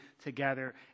together